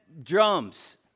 drums